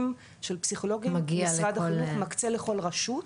של פסיכולוגים משרד החינוך מקצה לכל רשות,